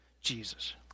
Jesus